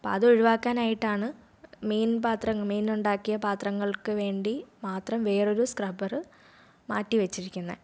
അപ്പം അത് ഒഴിവാക്കാനായിട്ടാണ് മീൻ പാത്രങ്ങൾ മീൻ ഉണ്ടാക്കിയ പാത്രങ്ങൾക്ക് വേണ്ടി മാത്രം വേറൊരു സ്ക്രബ്ബർ മാറ്റി വെച്ചിരിക്കുന്നത്